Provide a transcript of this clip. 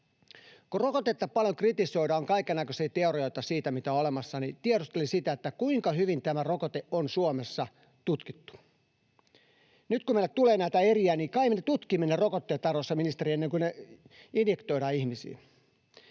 Kun rokotetta paljon kritisoidaan, on kaikennäköisiä teorioita siitä, mitä on olemassa, niin tiedustelin sitä, kuinka hyvin tämä rokote on Suomessa tutkittu. Nyt kun meille tulee näitä eriä, niin kai me nyt tutkimme ne rokotteet, arvoisa ministeri, ennen kuin ne injektoidaan ihmisiin?